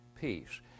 Peace